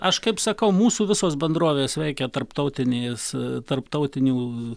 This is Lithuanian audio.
aš kaip sakau mūsų visos bendrovės veikia tarptautinės tarptautinių